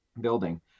building